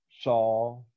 saw